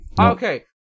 okay